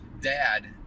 Dad